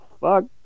fuck